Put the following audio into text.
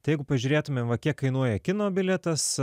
tai jeigu pažiūrėtumėm va kiek kainuoja kino bilietas